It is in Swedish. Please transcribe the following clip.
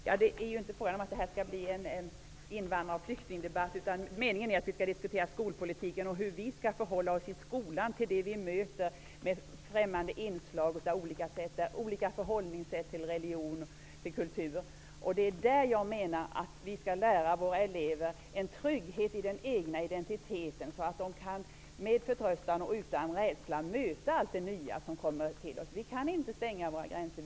Herr talman! Det är inte meningen att detta skall bli en invandrar och flyktingdebatt. Vi skall diskutera skolpolitiken och hur vi i skolan skall förhålla oss till det vi möter i form av olika främmande inslag och olika förhållningssätt till religion och kultur. Vi skall ge våra elever en trygghet i den egna identiteten, så att de med förtröstan och utan rädsla kan möta allt det nya som kommer till oss. Vi kan inte stänga våra gränser.